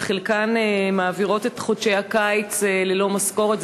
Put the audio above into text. וחלקן מעבירות את חודשי הקיץ ללא משכורת,